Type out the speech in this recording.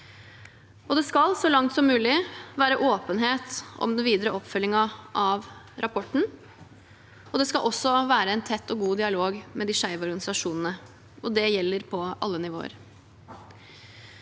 mulig, være åpenhet om den videre oppfølgingen av rapporten, og det skal også være en tett og god dialog med de skeive organisasjonene. Det gjelder på alle nivåer.